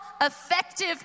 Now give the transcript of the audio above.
effective